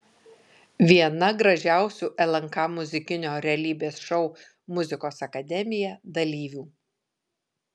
viena gražiausių lnk muzikinio realybės šou muzikos akademija dalyvių